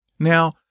Now